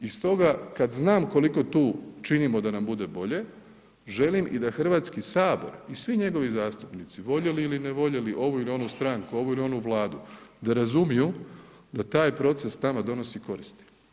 I stoga kad znam koliko tu činimo da nam bude bolje, želim i da Hrvatski sabor i svi njegovi zastupnici voljeli ili ne voljeli ovu ili onu stranku, ovu ili onu Vladu da razumiju da taj proces nama donosi koristi.